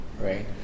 right